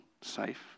safe